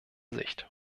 sicht